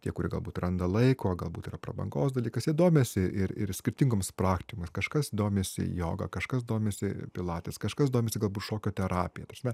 tie kurie galbūt randa laiko galbūt yra prabangos dalykas jisdomisi ir ir skirtingoms praktikoms kažkas domisi joga kažkas domisi pilates kažkas domisi galbūt šokio terapija ta prasme